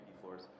floors